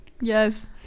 Yes